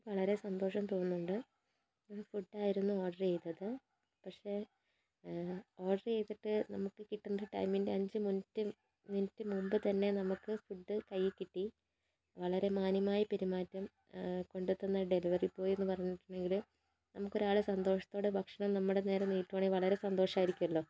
വളരെ സന്തോഷം തോന്നുന്നുണ്ട് ഞാൻ ഫുഡ് ആയിരുന്നു ഓർഡർ ചെയ്തത് പക്ഷെ ഓർഡർ ചെയ്തിട്ട് നമുക്ക് കിട്ടേണ്ട ടൈമിൻ്റെ അഞ്ചു മിനിട്ട് മുമ്പ് തന്നെ നമ്മൾക്ക് ഫുഡ് കയ്യിൽ കിട്ടി വളരെ മാന്യമായ പെരുമാറ്റം കൊണ്ടുത്തന്ന ഡെലിവറി ബോയ് എന്നു പറഞ്ഞിട്ടുണ്ടെങ്കിൽ നമുക്കൊരാൾ സന്തോഷത്തോടെ ഭക്ഷണം നമ്മുടെ നേരെ നീട്ടുകയാണെങ്കിൽ വളരെ സന്തോഷമായിരിക്കുമല്ലോ